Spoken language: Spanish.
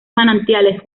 manantiales